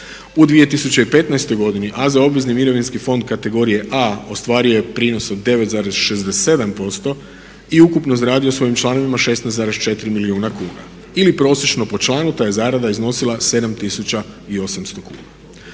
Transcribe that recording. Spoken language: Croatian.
U 2015.godini AZ obvezni mirovinski fond kategorije A ostvario je prinos od 9,67% i ukupno zaradio svojim članovima 16,4 milijuna kuna ili prosječno po članu ta je zarada iznosila 7800 kuna.